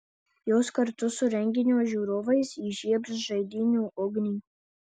jos kartu su renginio žiūrovais įžiebs žaidynių ugnį